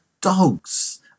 dogs